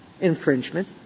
infringement